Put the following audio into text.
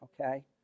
Okay